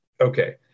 okay